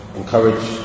encourage